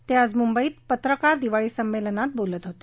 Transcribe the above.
ते आज मुंबईत पत्रकार दिवाळी संमेलनात बोलत होते